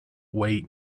wait